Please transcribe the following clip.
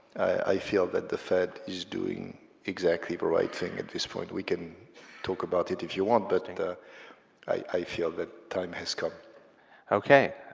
i feel that the fed is doing exactly the right thing at this point. we can talk about it if you want, but and i feel that time has come. paul ok.